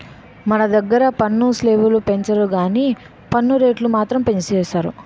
మన దగ్గిర పన్ను స్లేబులు పెంచరు గానీ పన్ను రేట్లు మాత్రం పెంచేసారు